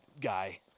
guy